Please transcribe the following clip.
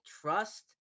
trust